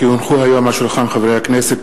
כי הונחו היום על שולחן הכנסת,